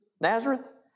Nazareth